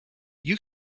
you